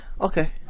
okay